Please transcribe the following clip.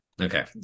Okay